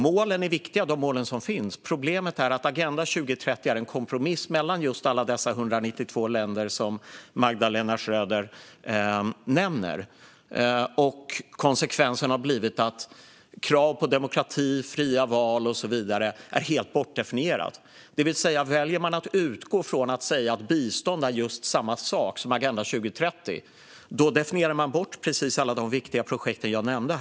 Målen är viktiga, men problemet är att Agenda 2030 är en kompromiss mellan just 192 länder. Konsekvensen av det är att alla krav på demokrati, fria val och så vidare är bortdefinierade - så säger man att bistånd är detsamma som Agenda 2030 definierar man bort alla de viktiga projekt jag just nämnde.